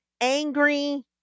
angry